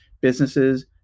businesses